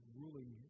ruling